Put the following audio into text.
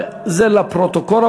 וזה לפרוטוקול,